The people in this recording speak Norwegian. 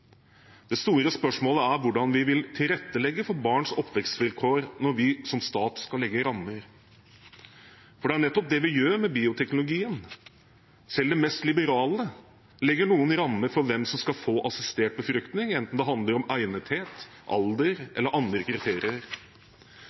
Det store spørsmålet er hvordan vi vil tilrettelegge for barns oppvekstvilkår når vi som stat skal legge rammer, for det er nettopp det vi gjør med bioteknologien. Selv de mest liberale legger noen rammer for hvem som skal få assistert befruktning, enten det handler om egnethet, alder eller andre kriterier.